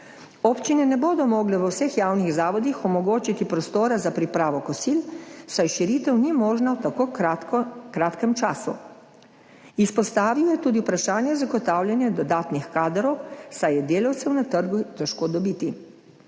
Občine ne bodo mogle v vseh javnih zavodih omogočiti prostora za pripravo kosil, saj širitev ni možna v tako kratkem času. Izpostavil je tudi vprašanje zagotavljanja dodatnih kadrov, saj je delavce na trgu težko dobiti.